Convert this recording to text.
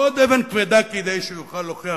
עוד אבן כבדה, כדי שהוא יוכל להוכיח